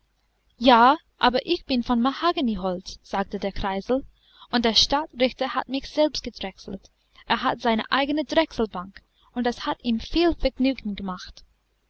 ja aber ich bin von mahagoniholz sagte der kreisel und der stadtrichter hat mich selbst gedrechselt er hat seine eigene drechselbank und es hat ihm viel vergnügen gemacht